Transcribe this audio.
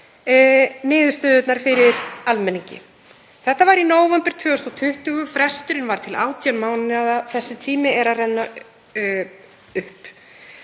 niðurstöðurnar fyrir almenningi. Þetta var í nóvember 2020. Fresturinn var til 18 mánaða. Þessi tími er að renna upp.